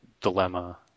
dilemma